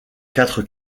quatre